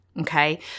okay